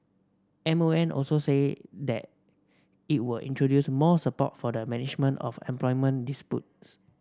M O M also said that it will introduce more support for the management of employment disputes